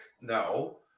no